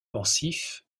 pensif